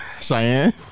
Cheyenne